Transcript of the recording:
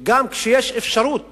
וגם כשיש אפשרות